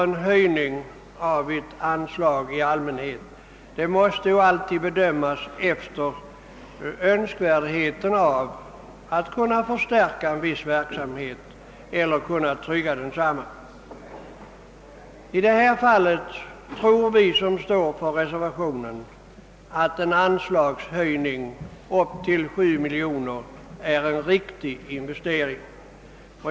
En höjning av ett anslag måste ju alltid bedömas med utgångspunkt från önskvärdheten av att kunna förstärka eller trygga en viss verksamhet. I detta fall tror vi som står för reservationen att en höjning av anslaget till 7 miljoner är en riktig investering.